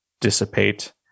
dissipate